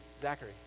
Zachary